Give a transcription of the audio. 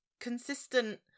consistent